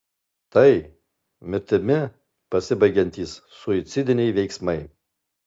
tai mirtimi pasibaigiantys suicidiniai veiksmai